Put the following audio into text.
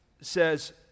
says